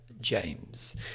James